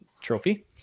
trophy